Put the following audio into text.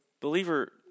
believer